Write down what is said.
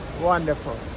wonderful